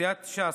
סיעת ש"ס,